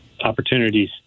opportunities